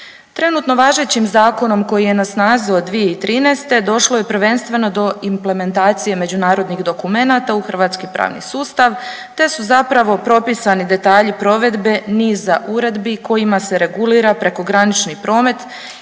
Trenutno važećim zakonom koji je na snazi od 2013. došlo je prvenstveno do implementacije međunarodnih dokumenata u hrvatski pravni sustav, te su zapravo propisani detalji provedbe niza uredbi kojima se regulira prekogranični promet